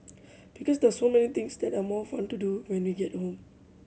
because there are so many things that are more fun to do when we get home